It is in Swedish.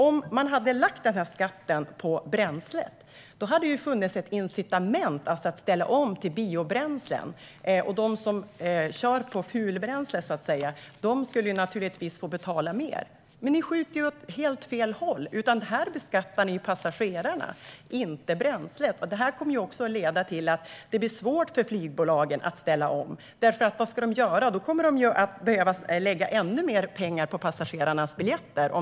Om man hade lagt skatten på bränsle hade det funnits ett incitament att ställa om till biobränslen. De som kör på fulbränsle, så att säga, skulle då få betala mer. Men nu skjuter ni åt helt fel håll. Här beskattar ni passagerarna, inte bränslet. Detta kommer också att leda till att det blir svårt för flygbolagen att ställa om, för de kommer i så fall att behöva lägga ännu mer pengar på passagerarnas biljetter.